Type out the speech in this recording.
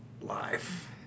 life